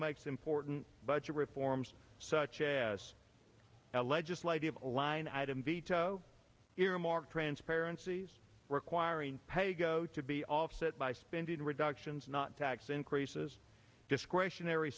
makes important budget reforms such as a legislative line item veto earmark transparencies requiring paygo to be offset by spending reductions not tax increases discretionary